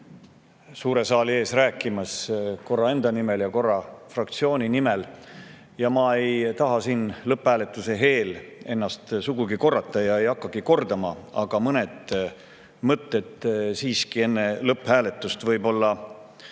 suure saali ees rääkimas, korra enda nimel ja korra fraktsiooni nimel. Ma ei taha siin lõpphääletuse eel ennast sugugi korrata ega hakkagi kordama, aga ütlen mõned mõtted enne lõpphääletust, võib-olla